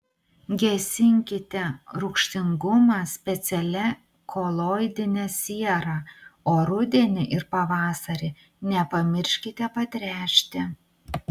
gesinkite rūgštingumą specialia koloidine siera o rudenį ir pavasarį nepamirškite patręšti